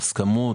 בהסכמות.